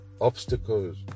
obstacles